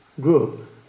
group